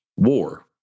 war